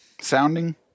Sounding